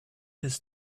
his